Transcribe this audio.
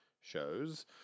shows